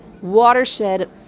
watershed